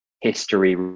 history